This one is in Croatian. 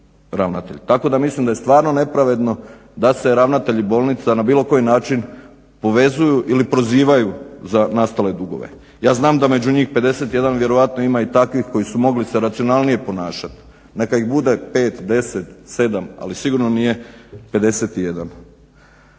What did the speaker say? Tako da mislim da je stvarno nepravedno da se ravnatelj i bolnica na bilo koji način povezuju ili prozivaju za nastale dugove. Ja znam da među njih 51 vjerojatno ima i takvih koji su mogli se racionalnije ponašat, neka ih bude 5, 10,7 ali sigurno nije 51.